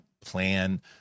plan